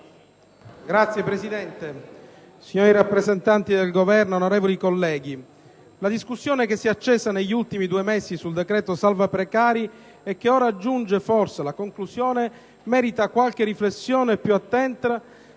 Signor Presidente, signor rappresentante del Governo, onorevoli colleghi, la discussione che si è accesa negli ultimi due mesi sul decreto salva precari e che ora giunge, forse, alla conclusione merita qualche riflessione più attenta